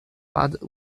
but